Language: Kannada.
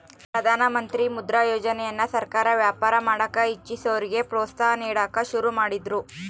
ಪ್ರಧಾನಮಂತ್ರಿ ಮುದ್ರಾ ಯೋಜನೆಯನ್ನ ಸರ್ಕಾರ ವ್ಯಾಪಾರ ಮಾಡಕ ಇಚ್ಚಿಸೋರಿಗೆ ಪ್ರೋತ್ಸಾಹ ನೀಡಕ ಶುರು ಮಾಡಿದ್ರು